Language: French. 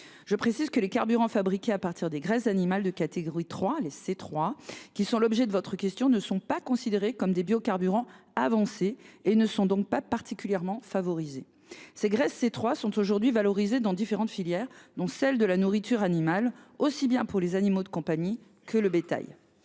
Je précise que les carburants fabriqués à partir des graisses animales de catégorie 3 ne sont pas considérés comme des biocarburants avancés et ne sont donc pas particulièrement favorisés. Ces graisses sont aujourd’hui valorisées dans différentes filières, dont celle de la nourriture animale, aussi bien pour les animaux de compagnie que le bétail.